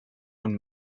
und